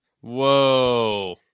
Whoa